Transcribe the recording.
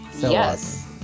yes